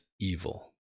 evil